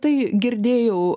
tai girdėjau